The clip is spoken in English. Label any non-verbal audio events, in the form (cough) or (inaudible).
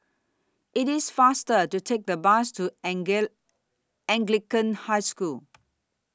IT IS faster to Take The Bus to (noise) Anglican High School